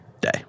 day